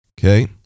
Okay